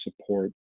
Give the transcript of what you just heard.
support